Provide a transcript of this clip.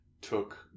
took